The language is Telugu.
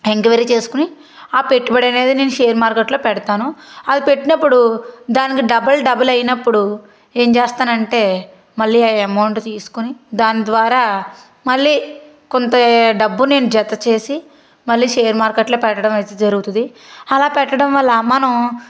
ఎంక్వైరీ చేస్కొని ఆ పెట్టుబడనేది నేను షేర్ మార్కెట్లో పెడతాను అది పెట్టినప్పుడు దానికి డబల్ డబల్ అయినప్పుడు ఏం చేస్తానంటే మళ్ళీ ఆ ఎమౌంట్ తీస్కొని దాని ద్వారా మళ్ళీ కొంత డబ్బు నేను జత చేసి మళ్ళీ షేర్ మార్కెట్లో పెట్టడం అయితే జరుగుతుంది అలా పెట్టడం వల్ల మనం